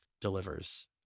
delivers